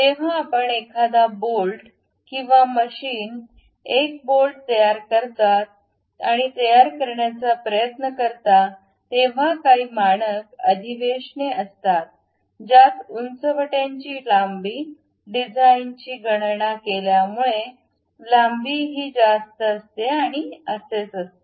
जेव्हा आपण एखादा बोल्ट किंवा मशीन एक बोल्ट तयार करता आणि तयार करण्याचा प्रयत्न करता तेव्हा काही मानक अधिवेशने असतात ज्यात उंचवट्यांची लांबी डिझाइनची गणना केल्यामुळे लांबी ही जास्त असते आणि असेच असते